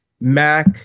Mac